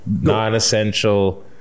non-essential